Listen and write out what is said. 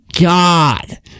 God